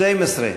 מס' 12,